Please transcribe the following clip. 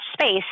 space